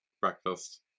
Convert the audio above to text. breakfast